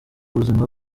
buzima